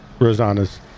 Rosanna's